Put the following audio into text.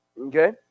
okay